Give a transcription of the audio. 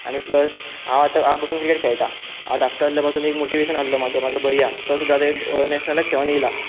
आनी प्लस हांव आतां हांव पसून क्रिकेट खेळटा हांव धाकटो आस पसून एक मोटीवेशन आसलो म्हाजो म्हाजो भैया तो सुद्दा ते नॅशनलाक खेळोन येयला